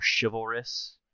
chivalrous